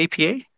APA